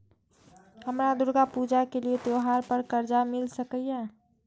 हमरा दुर्गा पूजा के लिए त्योहार पर कर्जा मिल सकय?